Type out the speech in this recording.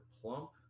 plump